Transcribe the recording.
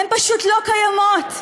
הן פשוט לא קיימות.